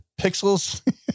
pixels